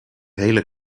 hele